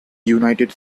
united